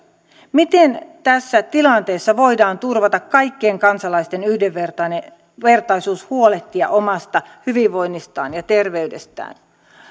miten tässä tilanteessa voidaan turvata kaikkien kansalaisten yhdenvertaisuus yhdenvertaisuus huolehtia omasta hyvinvoinnistaan ja terveydestään